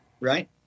right